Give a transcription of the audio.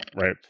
right